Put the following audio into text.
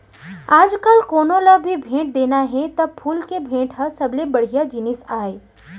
आजकाल कोनों ल भी भेंट देना हे त फूल के भेंट ह सबले बड़िहा जिनिस आय